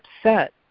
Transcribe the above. upset